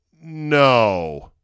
No